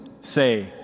say